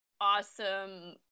awesome